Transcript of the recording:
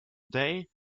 day